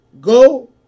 go